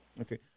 okay